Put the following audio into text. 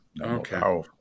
Okay